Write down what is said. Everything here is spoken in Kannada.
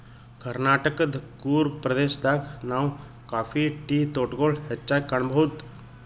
ಕರ್ನಾಟಕದ್ ಕೂರ್ಗ್ ಪ್ರದೇಶದಾಗ್ ನಾವ್ ಕಾಫಿ ಟೀ ತೋಟಗೊಳ್ ಹೆಚ್ಚಾಗ್ ಕಾಣಬಹುದ್